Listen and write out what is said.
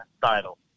title